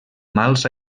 mals